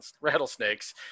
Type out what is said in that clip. rattlesnakes